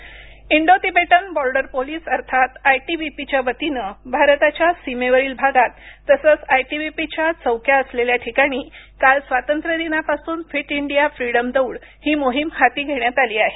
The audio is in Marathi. ITBP Indo Tibetan border police अर्थात आयटीबीपीच्या वतीनं भारताच्या सीमेवरील भागात तसंच आयटीबीपीच्या चौक्या असलेल्या ठिकाणी काल स्वातंत्र्य दिनापासून फिट इंडिया फ्रीडम दौड ही मोहीम हाती घेण्यात आली आहे